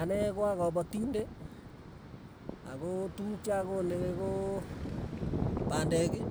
Ane ko akapatinde, ako tukuk chakole ko pandek,